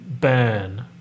Burn